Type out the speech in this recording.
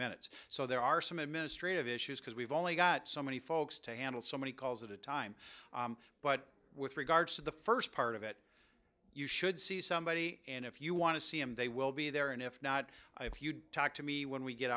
minutes so there are some administrative issues because we've only got so many folks to handle so many calls at a time but with regards to the first part of it you should see somebody and if you want to see him they will be there and if not if you talk to me when we get